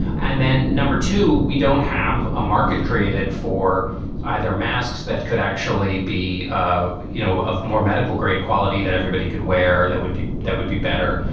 and then number two, we don't have a market created for either masks that could actually be, ah you know, of more medical grade quality that everybody could wear. that would be that would be better.